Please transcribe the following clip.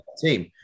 team